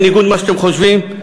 בניגוד למה שאתם חושבים,